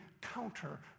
counter